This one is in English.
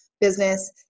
business